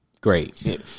great